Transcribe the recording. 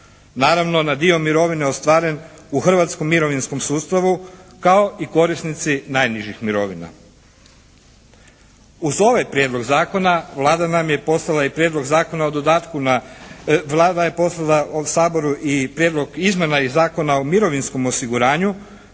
Naravno, na dio mirovine ostvaren u hrvatskom mirovinskom sustavu kao i korisnici najnižih mirovina. Uz ovaj prijedlog zakona Vlada nam je poslala Saboru i Prijedlog izmjena i Zakona o mirovinskom osiguranju